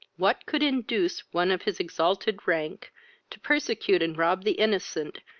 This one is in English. what could induce one of his exalted rank to persecute and rob the innocent,